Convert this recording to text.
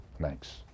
Thanks